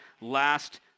last